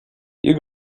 you